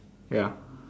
ya